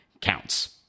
counts